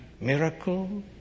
Miracle